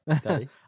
Daddy